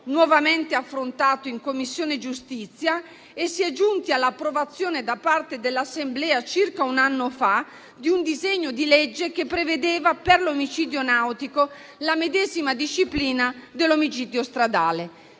nuovamente affrontato in Commissione giustizia e si è giunti all'approvazione da parte dell'Assemblea, circa un anno fa, di un disegno di legge che prevedeva per l'omicidio nautico la medesima disciplina di quello stradale.